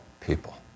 people